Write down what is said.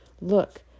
Look